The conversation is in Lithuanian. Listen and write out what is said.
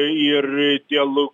ir dėl